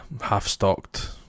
half-stocked